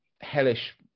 hellish